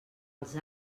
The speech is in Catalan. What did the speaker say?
els